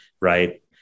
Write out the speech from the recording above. right